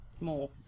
more